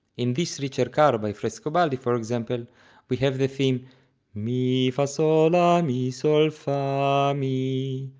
in this ricercar by frescobaldi for example we have the theme mi fa sol la mi sol fa mi,